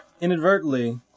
inadvertently